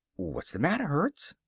what's the matter, hertz?